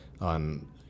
on